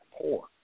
Poor